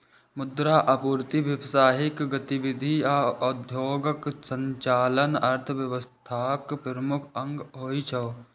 मुद्रा आपूर्ति, व्यावसायिक गतिविधि आ उद्योगक संचालन अर्थव्यवस्थाक प्रमुख अंग होइ छै